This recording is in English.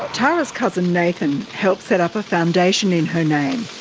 tara's cousin nathan helped set up a foundation in her name.